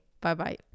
Bye-bye